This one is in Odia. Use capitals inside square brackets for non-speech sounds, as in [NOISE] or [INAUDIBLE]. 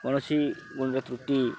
କୌଣସି [UNINTELLIGIBLE] ତ୍ରୁଟି